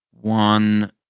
One